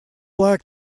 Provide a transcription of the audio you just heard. black